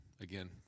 again